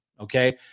okay